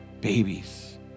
babies